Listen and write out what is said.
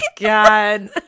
God